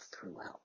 throughout